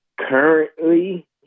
currently